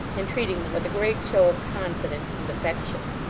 and treating them with a great show of confidence and affection.